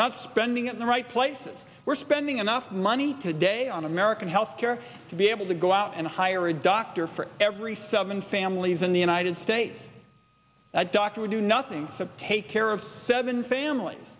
not spending at the right places we're spending enough money today on american health care to be able to go out and hire a doctor for every seven families in the united states that doctor would do nothing except take care of seven families